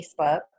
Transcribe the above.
Facebook